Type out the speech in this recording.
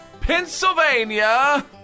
Pennsylvania